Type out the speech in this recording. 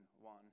one